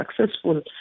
successful